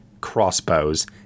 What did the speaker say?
crossbows